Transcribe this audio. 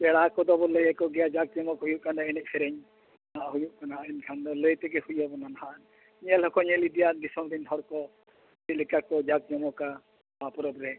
ᱯᱮᱲᱟ ᱠᱚᱫᱚ ᱵᱚᱱ ᱞᱟᱹᱭ ᱟᱠᱚ ᱜᱮᱭᱟ ᱡᱟᱠᱡᱚᱢᱚᱜᱽ ᱦᱩᱭᱩᱜ ᱠᱟᱱ ᱫᱚ ᱮᱱᱮᱡ ᱥᱮᱨᱮᱧ ᱦᱩᱭᱩᱜ ᱠᱟᱱᱟ ᱮᱱᱠᱷᱟᱱ ᱫᱚ ᱞᱟᱹᱭ ᱛᱮᱜᱮ ᱦᱩᱭ ᱟᱵᱚᱱᱟ ᱧᱮᱞ ᱦᱚᱸᱠᱚ ᱧᱮᱞ ᱤᱫᱤᱭᱟ ᱫᱤᱥᱚᱢ ᱨᱮᱱ ᱦᱚᱲ ᱠᱚ ᱪᱮᱫᱞᱮᱠᱟ ᱠᱚ ᱡᱟᱠᱡᱚᱢᱚᱜᱼᱟ ᱱᱚᱣᱟ ᱯᱚᱨᱚᱵᱽ ᱨᱮ